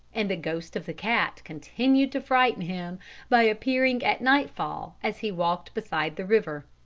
and the ghost of the cat continued to frighten him by appearing at nightfall as he walked beside the river.